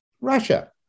Russia